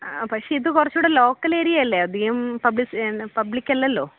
ആ പക്ഷെ ഇത് കുറച്ചു കൂടി ലോക്കൽ ഏരിയയല്ലേ അധികം പബ്ലിസി എന്നാ പബ്ലിക്കല്ലല്ലോ